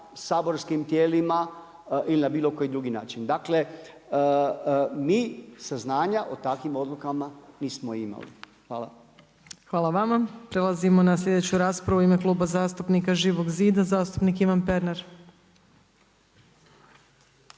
saborskim tijelima ili na bilo koji drugi način. Dakle znanja o takvim odlukama nismo imali. Hvala. **Opačić, Milanka (SDP)** Hvala vama. Prelazimo na sljedeću raspravu. U ime Kluba zastupnika Živog zida zastupnik Ivan Pernar.